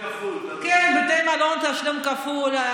תשלום כפול.